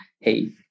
hey